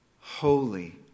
holy